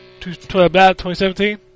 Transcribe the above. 2017